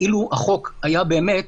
אילו החוק היה באמת